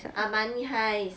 ah money heist